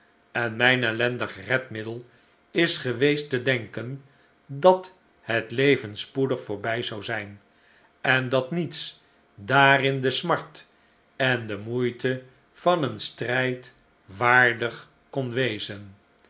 en mijn ellendig redmiddel is geweest te denken dat het leven spoedig voorbij zou zijn en dat niets daarin de smart en de rnoeite van een strijd waardig kon wezen